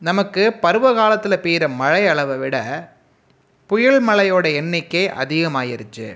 நமக்கு பருவ காலத்தில் பெய்கிற மழை அளவை விட புயல் மழையோடைய எண்ணிக்கை அதிகமாயிருச்சு